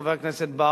חבר הכנסת ברכה,